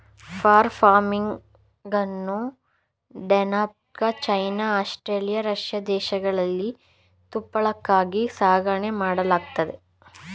fur ಫಾರ್ಮಿಂಗನ್ನು Denmark, China, Australia, Russia ದೇಶಗಳಲ್ಲಿ ತುಪ್ಪಳಕ್ಕಾಗಿ ಸಾಕಣೆ ಮಾಡಲಾಗತ್ತದೆ